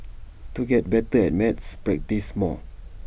to get better at maths practise more